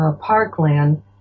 parkland